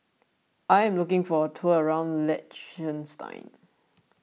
I am looking for a tour around Liechtenstein